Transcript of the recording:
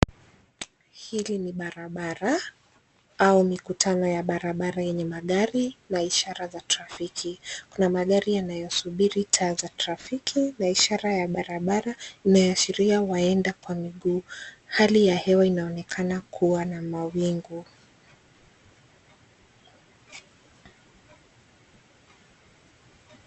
Hili ni barabara au mikutano ya barabara yenye magari na ishara za trafiki. Kuna magari yanayosubiri taa za trafiki na ishara ya barabara inayoashiria waenda kwa miguu. Hali ya hewa inaonekana kuwa na mawingu.